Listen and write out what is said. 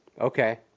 Okay